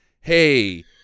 Hey